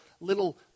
little